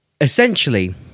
essentially